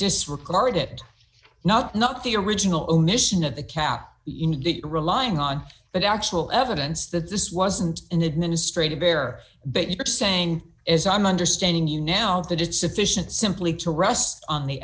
disregard it not not the original onisim that the count relying on but actual evidence that this wasn't an administrative error but you are saying is i'm understanding you now that it's sufficient simply to rest on the